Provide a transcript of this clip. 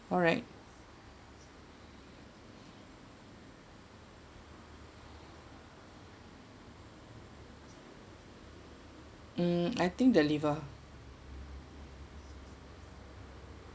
alright um I think the liver